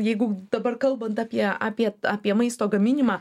jeigu dabar kalbant apie apie apie maisto gaminimą